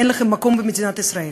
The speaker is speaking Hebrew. אין לכם מקום במדינת ישראל,